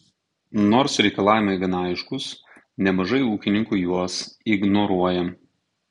nors reikalavimai gana aiškūs nemažai ūkininkų juos ignoruoja